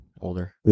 older